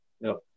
No